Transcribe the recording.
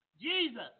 Jesus